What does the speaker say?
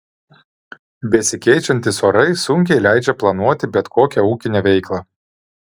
besikeičiantys orai sunkiai leidžia planuoti bet kokią ūkinę veiklą